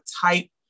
type